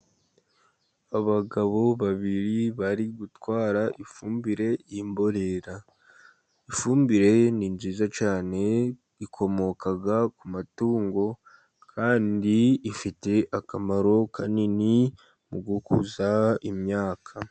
Abagabo babiri bari gutwara ifumbire y'imborera. Ifumbire ni nziza cyane ikomoka ku matungo kandi ifite akamaro kanini mu gukuza imyaka.